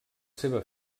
seva